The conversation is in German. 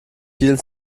vielen